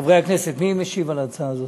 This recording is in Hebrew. חברי הכנסת, מי משיב על ההצעה הזאת?